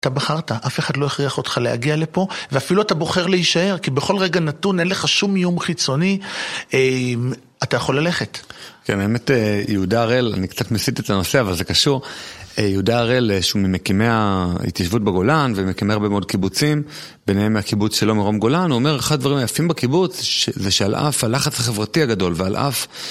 אתה בחרת, אף אחד לא הכריח אותך להגיע לפה, ואפילו אתה בוחר להישאר, כי בכל רגע נתון, אין לך שום איום חיצוני, אתה יכול ללכת. כן, האמת יהודה הראל, אני קצת מסית את הנושא, אבל זה קשור, יהודה הראל שהוא ממקימי ההתיישבות בגולן, ומקים עוד קיבוצים, ביניהם מהקיבוץ שלו מרום גולן, הוא אומר אחד הדברים היפים בקיבוץ, זה שעל אף הלחץ החברתי הגדול, ועל אף